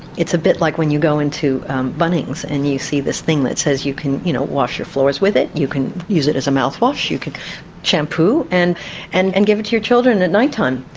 it's a bit like when you go into bunnings and you see this thing that says you can, you know, wash your floors with it, you can use it as a mouthwash, you can shampoo, and and and give it to your children at night-time.